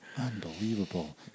Unbelievable